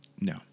No